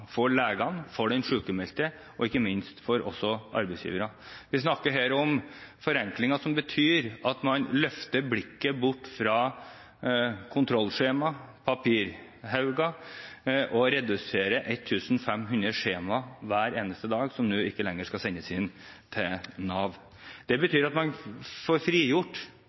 for legene, for den sykmeldte og ikke minst for arbeidsgiverne. Vi snakker her om forenklinger som betyr at man løfter blikket bort fra kontrollskjemaer og papirhauger, og reduserer 1 500 skjemaer hver eneste dag som nå ikke lenger skal sendes inn til Nav. Det betyr at man får frigjort